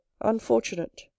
unfortunate